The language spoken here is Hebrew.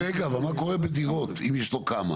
מה קורה אם יש לו כמה